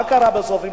מה קרה בסוף בשבדיה?